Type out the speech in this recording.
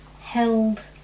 held